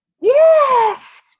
Yes